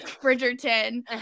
Bridgerton